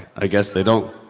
i guess they don't.